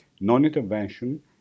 non-intervention